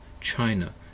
China